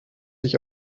ich